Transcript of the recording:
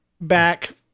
back